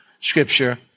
Scripture